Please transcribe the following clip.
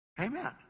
amen